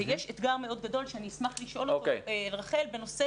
יש אתגר מאוד גדול ואני אשאל את רחל בנושא